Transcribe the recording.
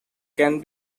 can